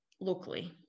locally